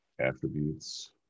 attributes